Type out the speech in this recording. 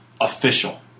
official